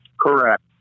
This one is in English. Correct